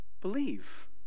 believe